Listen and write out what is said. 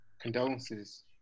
condolences